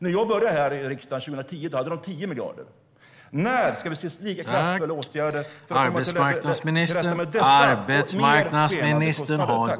När jag kom till riksdagen 2010 hade Migrationsverket 10 miljarder per år. När ska vi se kraftfulla åtgärder för att komma till rätta med dessa alltmer skenande kostnader?